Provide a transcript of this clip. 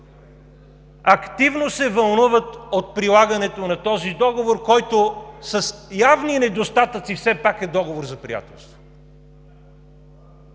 активно се вълнуват от прилагането на този договор, който с явни недостатъци, все пак е Договор за приятелство,